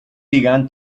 began